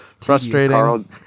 Frustrating